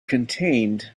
contained